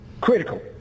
Critical